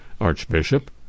Archbishop